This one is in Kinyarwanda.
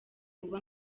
uba